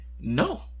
No